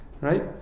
right